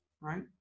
Right